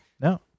No